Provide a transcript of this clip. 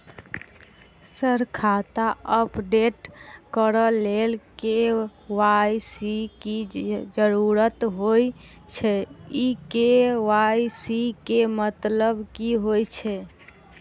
Sir खाता update करऽ लेल के.वाई.सी की जरुरत होइ छैय इ के.वाई.सी केँ मतलब की होइ छैय?